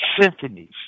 symphonies